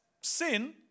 sin